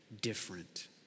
different